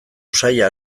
usaina